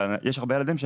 ויש הרבה ילדים,